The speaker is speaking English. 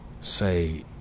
say